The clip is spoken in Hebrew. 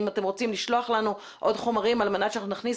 אם אתם רוצים לשלוח לנו עוד חומרים על מנת שנכניס